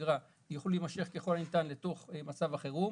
שגרה יוכלו להימשך ככל הניתן לתוך מצב החירום",